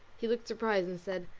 he looked surprised and said,